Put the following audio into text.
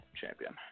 champion